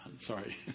sorry